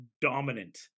dominant